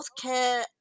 healthcare